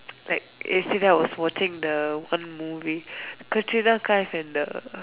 like yesterday I was watching the one movie Katrina Kaif and the